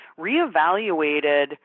reevaluated